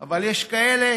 אבל יש כאלה